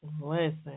Listen